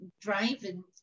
driving